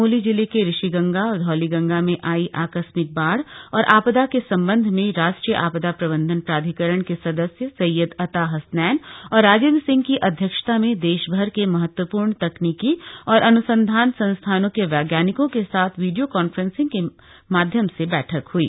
चमोली जिले के ऋषिगंगा और धौलीगंगा में आयी आकस्मिक बाढ़ और आपदा के सम्बन्ध में राष्ट्रीय आपदा प्रबन्धन प्राधिकरण के सदस्य सैय्यद अता हसनैन और राजेन्द्र सिंह की अध्यक्षता में देशभर के महत्वपूर्ण तकनीकि और अन्संधान संस्थानों के वैज्ञानिकों के साथ वीडियो कॉन्फ्रेंसिंग के माध्यम से बैठक हई